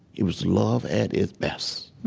it was love at its best.